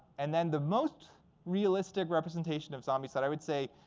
and then the most realistic representation of zombies that i would say